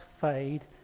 fade